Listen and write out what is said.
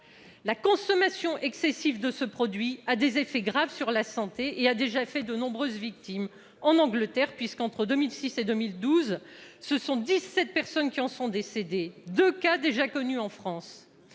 La consommation excessive de ce produit a des effets graves sur la santé. Elle a déjà fait de nombreuses victimes en Grande-Bretagne puisque, entre 2006 et 2012, 17 personnes en sont décédées, et 2 cas sont déjà connus en France.